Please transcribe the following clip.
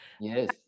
yes